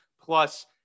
plus